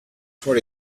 for